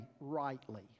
rightly